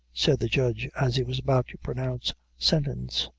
said the judge, as he was about to pronounce sentence,